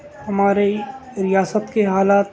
ہماری ریاست کے حالات